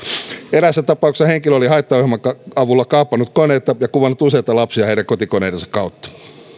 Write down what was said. eräässä tapauksessa henkilö oli haittaohjelman avulla kaapannut koneita ja kuvannut useita lapsia heidän kotikoneidensa kautta